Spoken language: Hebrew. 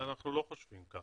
אנחנו לא חושבים כך.